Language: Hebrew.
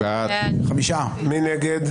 מי נגד?